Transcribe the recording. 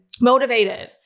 Motivated